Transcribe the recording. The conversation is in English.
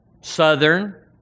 southern